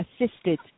assisted